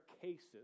cases